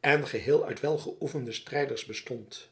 en geheel uit welgeoefende strijders bestond